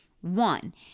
One